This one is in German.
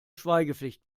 schweigepflicht